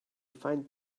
find